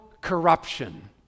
corruption